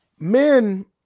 Men